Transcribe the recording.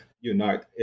unite